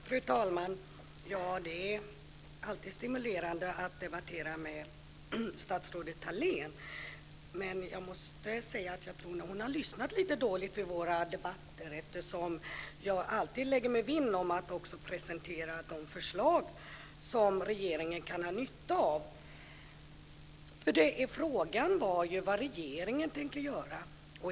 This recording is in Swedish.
Fru talman! Det är alltid stimulerande att debattera med statsrådet Thalén, men jag tror nog att hon har lyssnat lite dåligt vid våra debatter, eftersom jag alltid lägger mig vinn om att också presentera de förslag som regeringen kan ha nytta av. Frågan var ju vad regeringen tänker göra.